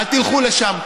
אל תלכו לשם,